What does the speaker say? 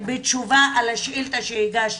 בתשובה על השאילתא שהגשתי: